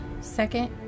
Second